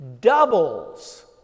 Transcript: doubles